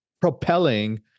propelling